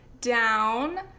down